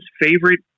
favorite